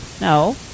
No